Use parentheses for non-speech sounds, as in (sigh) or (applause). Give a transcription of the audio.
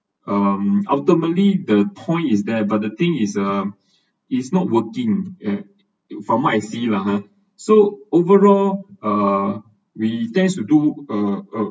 um ultimately the point is there but the thing is um (breath) it's not working eh from what I see lah ha so overall err we tends to do uh uh